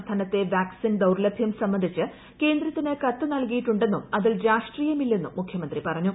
സംസ്ഥാനത്തെ വാക്സിൻ ദൌർലഭൃം സംബന്ധിച്ച് കേന്ദ്രത്തിന് കത്ത് നൽകിയിട്ടുണ്ടെന്നും അതിൽ രാഷ്ട്രീയമില്ലെന്നും മുഖ്യമന്ത്രി പറഞ്ഞു